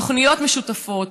תוכניות משותפות,